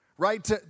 right